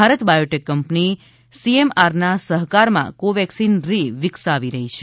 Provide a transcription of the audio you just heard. Bharat biotech company સીએમઆરના સહકારમાં Covaxin રી વિકસાવી રહી છે